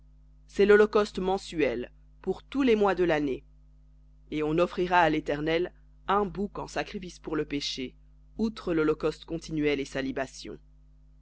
l'holocauste mensuel pour les mois de lannée et on offrira à l'éternel un bouc en sacrifice pour le péché outre l'holocauste continuel et